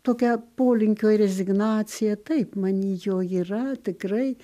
tokia polinkio rezignacija taip many jo yra tikrai